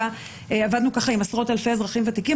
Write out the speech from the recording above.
עבדנו עם עשרות אלפי אזרחים ותיקים.